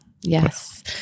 Yes